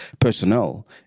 personnel